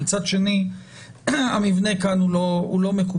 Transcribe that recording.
מצד שני המבנה כאן לא מקובל.